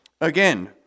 Again